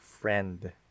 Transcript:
friend